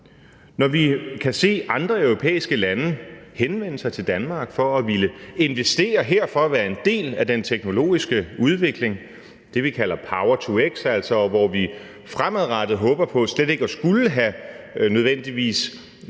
Når vi kan se, at andre europæiske lande henvender sig til Danmark for at ville investere her, for at være en del af den teknologiske udvikling – det, som vi kalder power-to-x, og hvor vi fremadrettet håber på nødvendigvis slet ikke at skulle have benzin